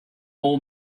all